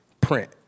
print